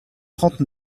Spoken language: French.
trente